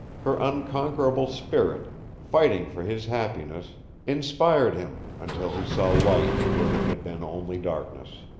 her unconquerable spirit fighting for his happiness inspired him until he saw light where there had been only darkness.